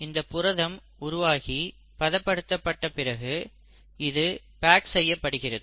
இந்த புரதம் உருவாகி பதப்படுத்தப்பட்ட பிறகு இது பேக் செய்யப்படுகிறது